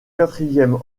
quatrième